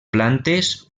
plantes